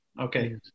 Okay